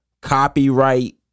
copyright